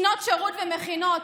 שנות שירות ומכינות.